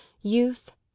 youth